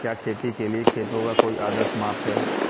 क्या खेती के लिए खेतों का कोई आदर्श माप है?